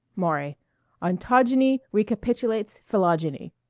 maury ontogony recapitulates phyllogony.